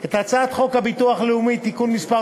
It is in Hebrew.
את הצעת חוק הביטוח הלאומי (תיקון מס'